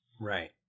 Right